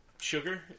Sugar